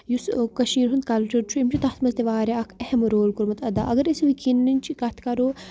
یُس کٔشیٖرِ ہُنٛد کَلچَر چھُ أمۍ چھُ تَتھ منٛز تہِ واریاہ اَکھ اہم رول کوٚرمُت اَدا اگر أسۍ وٕکیٚنَٕچ کَتھ کَرو